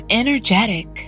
energetic